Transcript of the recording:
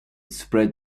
spread